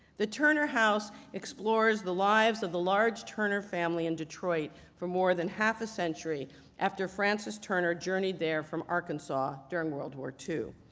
the turner house explores the lives of the large turner family in detroit for more than half a century after frances turner journeyed there from arkansas during world war ii.